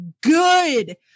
good